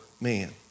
man